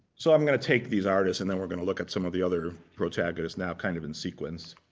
so i'm going to take these artists, and then we're going to look at some of the other protagonists now kind of in sequence.